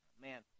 man